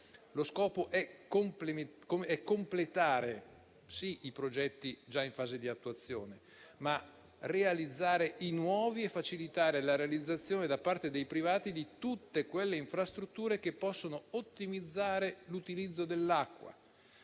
Lo scopo è completare, sì, i progetti già in fase di attuazione, ma anche realizzare i nuovi e facilitare la realizzazione da parte dei privati di tutte quelle infrastrutture che possono ottimizzare l'utilizzo dell'acqua.